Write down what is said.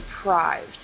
deprived